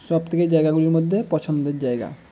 সব থেকে জায়গাগুলির মধ্যে পছন্দের জায়গা